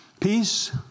Peace